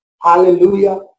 Hallelujah